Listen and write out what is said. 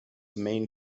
main